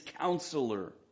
Counselor